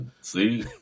See